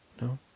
no